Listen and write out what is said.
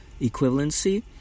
equivalency